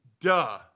Duh